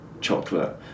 chocolate